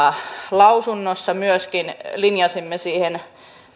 lausunnossa myöskin linjasimme siihen